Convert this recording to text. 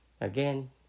again